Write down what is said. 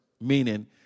meaning